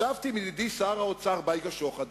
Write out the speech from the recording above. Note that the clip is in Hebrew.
ישבתי עם ידידי שר האוצר דאז בייגה שוחט,